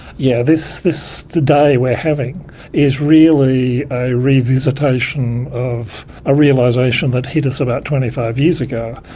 yeah this this day we're having is really a revisitation of a realisation that hit us about twenty five years ago,